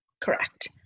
correct